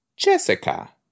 Jessica